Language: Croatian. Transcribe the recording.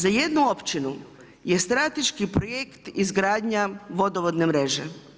Za jednu općinu je strateški projekt izgradnja vodovodne mreže.